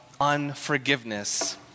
unforgiveness